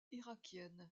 irakienne